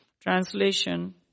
Translation